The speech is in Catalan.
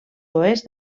oest